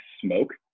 smoke